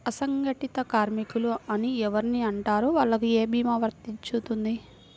అసంగటిత కార్మికులు అని ఎవరిని అంటారు? వాళ్లకు ఏ భీమా వర్తించుతుంది?